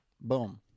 boom